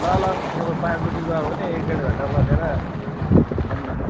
ल ल अब पाँच बजे गयो भने एक डेढ घन्टा बसेर आऊँ न